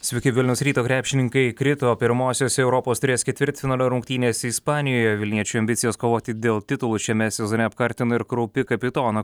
sveiki vilniaus ryto krepšininkai krito pirmosiose europos taurės ketvirtfinalio rungtynėse ispanijoje vilniečių ambicijas kovoti dėl titulo šiame sezone apkartino ir kraupi kapitono